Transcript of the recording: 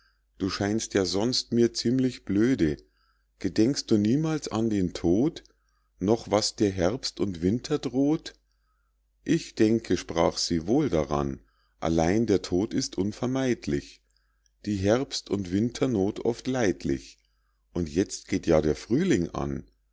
du scheinst ja sonst mir ziemlich blöde gedenkst du niemals an den tod noch was dir herbst und winter droht ich denke sprach sie wohl daran allein der tod ist unvermeidlich die herbst und winternoth oft leidlich und jetzt geht ja der frühling an